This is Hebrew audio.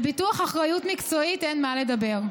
על ביטוח אחריות מקצועית אין על מה לדבר.